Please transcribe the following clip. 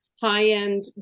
high-end